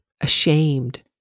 ashamed